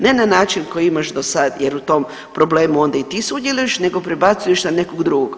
Ne na način koji imaš do sad, jer u tom problemu onda i ti sudjeluješ, nego prebacuješ na nekog drugog.